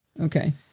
Okay